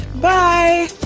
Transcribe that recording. bye